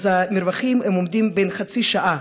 המרווחים הם בין חצי שעה,